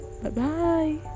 Bye-bye